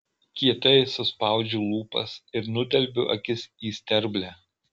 kietai suspaudžiu lūpas ir nudelbiu akis į sterblę